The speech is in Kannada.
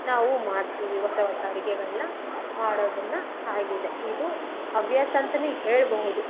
ನಾವು ಮಾಡ್ತೀವಿ ಹೊಸ ಹೊಸ ಅಡಿಗೆಗಳನ್ನ ಮಾಡೋದನ್ನು ಆಗಿದೆ ಇದು ಹವ್ಯಾಸ ಅಂತ ಹೇಳ್ಬಹುದು